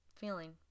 feeling